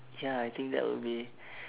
ya I think that would be